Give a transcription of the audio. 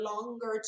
longer